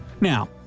Now